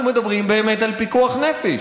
אנחנו מדברים באמת על פיקוח נפש.